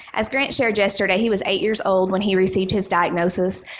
as grant shared yesterday, he was eight years old when he received his diagnosis.